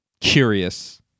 curious